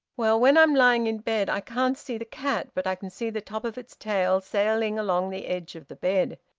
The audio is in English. well, when i'm lying in bed i can't see the cat, but i can see the top of its tail sailing along the edge of the bed.